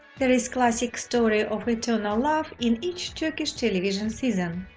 there is classic story of eternal love in each turkish television season.